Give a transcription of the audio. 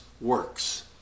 works